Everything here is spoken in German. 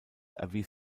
erwies